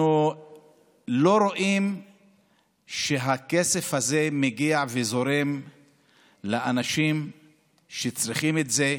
אנחנו לא רואים שהכסף הזה מגיע וזורם לאנשים שצריכים את זה,